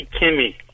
kimmy